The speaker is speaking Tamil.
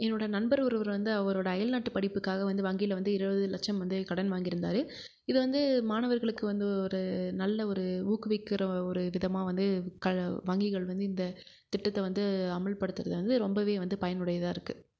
என்னோட நண்பர் ஒருவர் வந்து அவரோட அயல்நாட்டு படிப்புக்காக வந்து வாங்கியில வந்து இருபது லட்சம் வந்து கடன் வாங்கிருந்தார் இதை வந்து மாணவர்களுக்கு வந்து ஒரு நல்ல ஒரு ஊக்குவிக்கிற ஒரு விதமாக வந்து வாங்கிகள் வந்து இந்த திட்டத்தை வந்து அமல் படுத்துறது வந்து ரொம்பவே வந்து பயனுடையதாகருக்கு